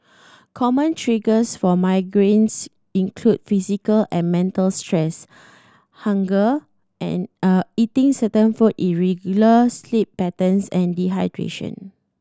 common triggers for migraines include physical and mental stress hunger and a eating certain foods irregular sleep patterns and dehydration